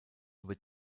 über